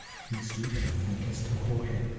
he stooped and kissed her forehead,